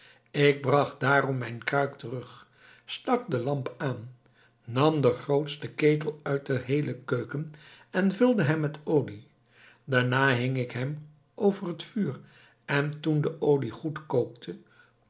ik bracht daarom mijn kruik terug stak de lamp aan nam den grootsten ketel uit de heele keuken en vulde hem met olie daarna hing ik hem over het vuur en toen de olie